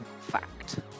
Fact